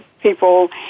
people